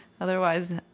Otherwise